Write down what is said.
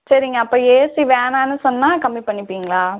சரிங்க அப்போ ஏசி வேணாம்னு சொன்னால் கம்மி பண்ணிப்பீங்களா